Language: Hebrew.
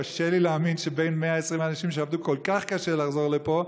קשה לי להאמין שבין 120 האנשים שעבדו כל כך קשה לחזור לפה,